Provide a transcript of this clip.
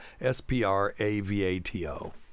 S-P-R-A-V-A-T-O